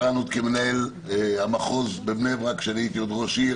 כמנהל המחוז בבני ברק עת הייתי ראש עיר